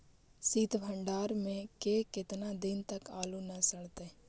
सित भंडार में के केतना दिन तक आलू न सड़तै?